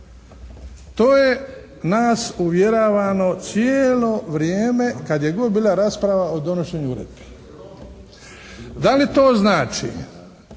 To je nas uvjeravano cijelo vrijeme kad je god bila rasprava o donošenju uredbi. Da li to znači